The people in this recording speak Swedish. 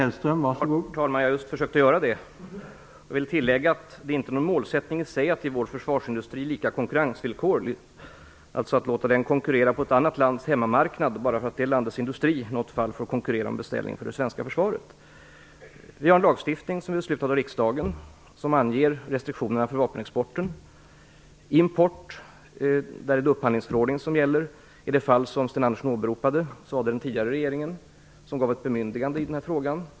Herr talman! Jag har just försökt att förklara det. Jag vill tillägga att det inte är någon målsättning i sig att ge vår försvarsindustri lika konkurrensvillkor, dvs. att låta den konkurrera på ett annat lands hemmamarknad bara för att det landets industri i något fall får konkurrera om en beställning från det svenska försvaret. Vi har en lagstiftning som är beslutad av riksdagen. Den anger restriktionerna för vapenexporten. Vid import är det upphandlingsförordningen som gäller. När det gäller det fall som Sten Andersson åberopade var det den tidigare regeringen som gav ett bemyndigande i frågan.